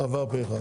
הצבעה בעד, פה אחד